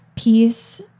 Peace